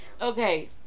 okay